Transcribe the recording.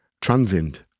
transient